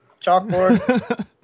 chalkboard